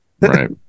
Right